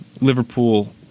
Liverpool